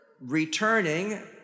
returning